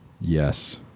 Yes